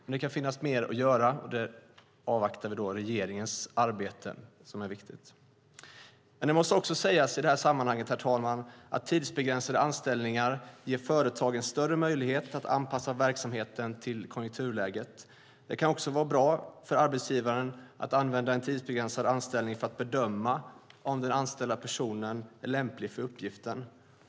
Det kan dock finnas mer att göra, och här avvaktar vi regeringens arbete. I sammanhanget måste också sägas att tidsbegränsade anställningar ger företagen större möjlighet att anpassa verksamheten till konjunkturläget. Det kan också vara bra för arbetsgivaren att använda en tidsbegränsad anställning för att bedöma om en person är lämplig för uppgiften.